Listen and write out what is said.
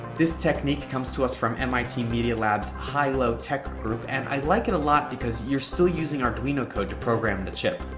this technique comes to us from mit media lab's high-low tech group and i like it a lot because you're still using arduino code to program the chip.